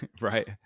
Right